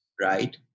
right